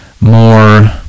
more